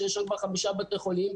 שיש שם כבר 5 בתי חולים,